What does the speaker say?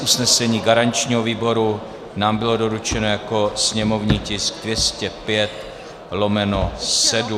Usnesení garančního výboru nám bylo doručeno jako sněmovní tis 205/7.